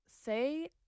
say